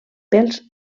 pels